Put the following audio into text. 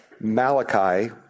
Malachi